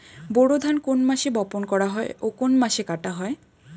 বোরো ধান কোন মাসে বপন করা হয় ও কোন মাসে কাটা হয়?